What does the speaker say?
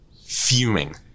fuming